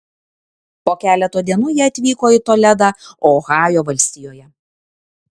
po keleto dienų jie atvyko į toledą ohajo valstijoje